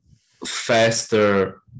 faster